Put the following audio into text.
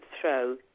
throw